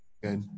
Good